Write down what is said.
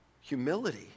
Humility